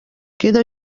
queda